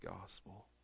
gospel